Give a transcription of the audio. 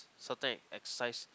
certain exercise